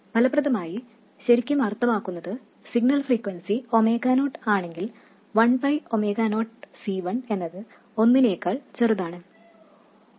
ഇവിടെ ശരിക്കും അർത്ഥമാക്കുന്നത് സിഗ്നൽ ഫ്രീക്വെൻസി ഒമേഗ നോട്ട് ആണെങ്കിൽ one by omega naught C1 എന്നത് ഒന്നിനേക്കാളും ചെറുതാണ് എന്നതാണ്